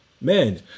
Man